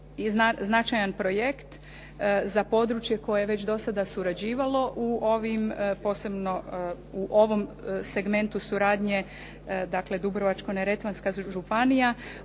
značajan projekt za područje koje je već do sada surađivalo posebno u ovom segmentu suradnje dakle Dubrovačko-neretvanska županija.